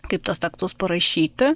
kaip tuos tekstus parašyti